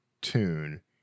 tune